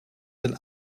een